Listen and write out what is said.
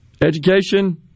Education